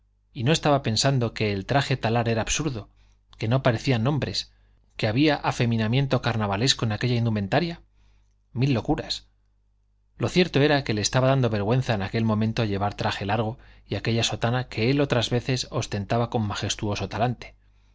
y no estaba pensando que el traje talar era absurdo que no parecían hombres que había afeminamiento carnavalesco en aquella indumentaria mil locuras lo cierto era que le estaba dando vergüenza en aquel momento llevar traje largo y aquella sotana que él otras veces ostentaba con majestuoso talante